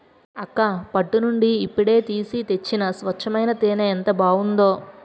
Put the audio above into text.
అక్కా పట్టు నుండి ఇప్పుడే తీసి తెచ్చిన స్వచ్చమైన తేనే ఎంత బావుందో